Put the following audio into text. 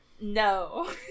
No